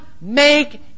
make